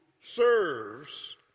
serves